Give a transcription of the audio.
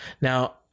Now